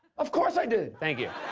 of course i did. thank you.